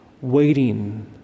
waiting